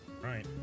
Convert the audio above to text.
Right